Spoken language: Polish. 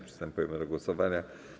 Przystępujemy do głosowania.